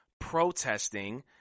protesting